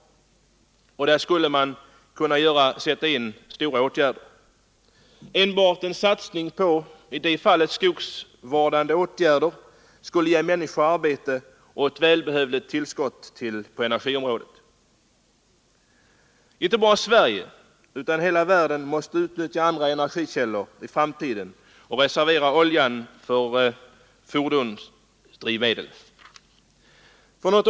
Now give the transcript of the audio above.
Där skulle man kunna sätta in åtgärder. Enbart en satsning på skogsvårdande åtgärder skulle ge många människor arbete och ett välbehövligt tillskott på energiområdet. Inte bara Sverige utan hela världen måste i framtiden utnyttja andra energikällor och reservera oljan som drivmedel för fordon.